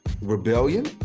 rebellion